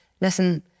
listen